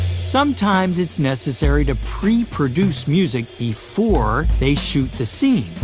sometimes it's necessary to pre-produce music before they shoot the scenes.